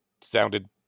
sounded